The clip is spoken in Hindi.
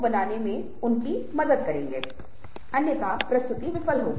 जैसा कि हम आगे बढ़ेंगे इस बारे में हमारी विस्तृत चर्चा होगी